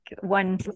one